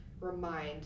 remind